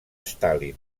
stalin